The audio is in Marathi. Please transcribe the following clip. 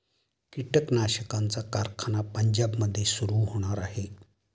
कीटकनाशकांचा कारखाना पंजाबमध्ये सुरू होणार आहे